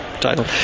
title